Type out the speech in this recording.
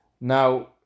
now